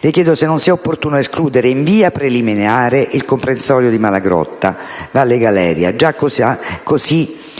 se non sia opportuno escludere in via preliminare il comprensorio di Malagrotta Valle Galeria, già così pesantemente